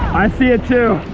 i see it, too.